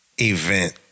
event